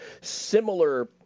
similar –